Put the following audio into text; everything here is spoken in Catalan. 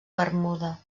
bermuda